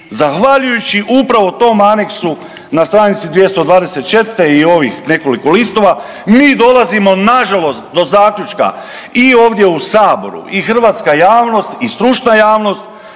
zahvaljujući upravo tom aneksu na str. 224 i ovih nekoliko listova, mi dolazimo nažalost do zaključka i ovdje u saboru i hrvatska javnost i stručna javnost,